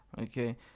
Okay